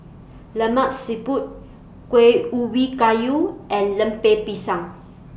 Lemak Siput Kueh Ubi Kayu and Lemper Pisang